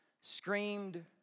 screamed